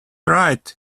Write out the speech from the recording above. right